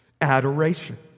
adoration